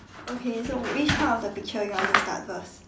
okay so which part of the picture you want to start first